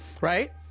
right